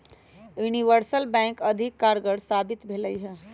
universal bank अधिक कारगर साबित भेलइ ह